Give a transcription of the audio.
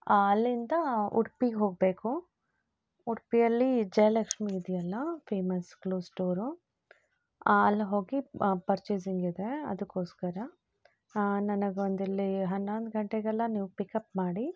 ಅಲ್ಲಿಂದ ಉಡ್ಪಿಗೆ ಹೋಗಬೇಕು ಉಡುಪಿಯಲ್ಲಿ ಜಯಲಕ್ಷ್ಮಿ ಇದೆಯಲ್ಲ ಫೇಮಸ್ ಕ್ಲೋತ್ ಸ್ಟೋರು ಅಲ್ಲಿ ಹೋಗಿ ಪರ್ಚೇಸಿಂಗ್ ಇದೆ ಅದಕ್ಕೋಸ್ಕರ ನನಗೊಂದಿಲ್ಲಿ ಹನ್ನೊಂದು ಗಂಟೆಗೆಲ್ಲ ನೀವು ಪಿಕಪ್ ಮಾಡಿ